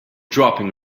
dropping